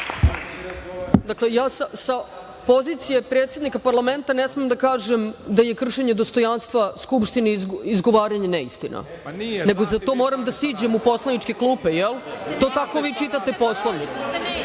Ja sa pozicije predsednika parlamenta ne smem da kažem da je kršenje dostojanstva Skupštine izgovaranje neistina, nego za to moram da siđem do poslaničke klupe, jel? To tako vi čitate Poslovnik?